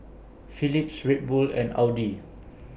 Philips Red Bull and Audi